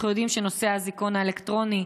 אנחנו יודעים שנושא האזיקון האלקטרוני,